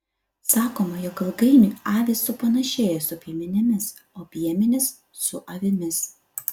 sakoma jog ilgainiui avys supanašėja su piemenimis o piemenys su avimis